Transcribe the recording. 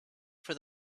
for